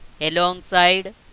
Alongside